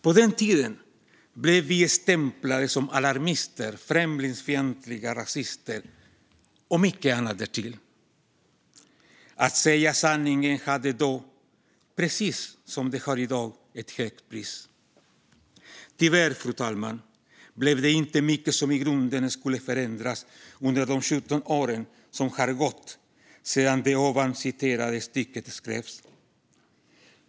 På den tiden blev vi stämplade som alarmister, främlingsfientliga, rasister och mycket annat därtill. Att säga sanningen hade då, precis som det har i dag, ett högt pris. Fru talman! Tyvärr blev det inte mycket som i grunden skulle förändras under de 17 år som har gått sedan detta stycke skrevs i en motion.